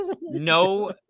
no